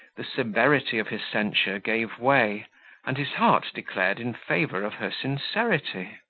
the severity of his censure gave way and his heart declared in favour of her sincerity.